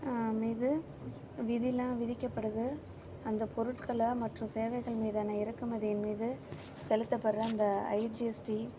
மீது விதிலாம் விதிக்கப்படுது அந்த பொருட்களை மற்றும் சேவைகள் மீதான இறக்குமதி மீது செலுத்தப்படுகிற அந்த ஐஜிஎஸ்டி